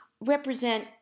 represent